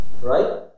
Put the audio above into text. right